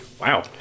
Wow